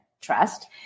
trust